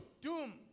Doom